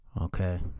okay